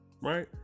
right